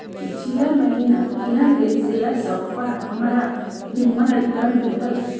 पिछिला महिन्ना किनल गेल शेयर सभपर हमरा निम्मन रिटर्न भेटल